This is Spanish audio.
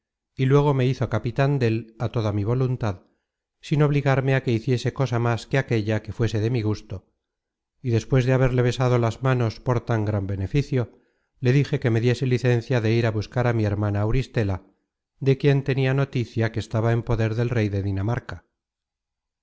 y luego me hizo capitan dél á toda mi voluntad sin obligarme á que hiciese cosa más de aquella que fuese de mi gusto y despues de haberle besado las manos por tan gran beneficio le dije que me diese licencia de ir á buscar á mi hermana auristela de quien tenia noticia que estaba en poder del rey de dinamarca